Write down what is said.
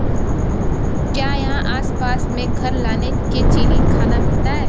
क्या यहाँ आसपास में घर लाने के चीनी खाना मिलता है